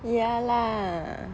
yeah lah